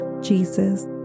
Jesus